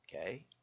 Okay